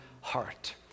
heart